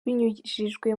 binyujijwe